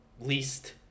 Least